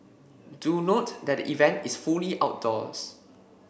do note that the event is fully outdoors